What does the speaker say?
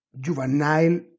juvenile